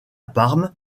parme